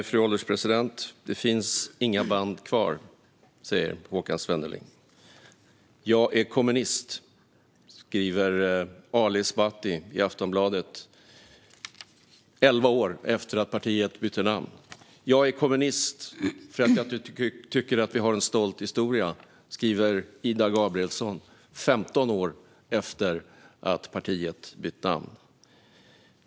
Fru ålderspresident! Det finns inga band kvar, säger Håkan Svenneling. "Jag är kommunist", säger Ali Esbati i Aftonbladet, 11 år efter att partiet bytte namn. "Jag är kommunist för jag tycker att vi har en stolt historia", säger Ida Gabrielsson, 15 år efter att partiet bytt namn.